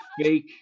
fake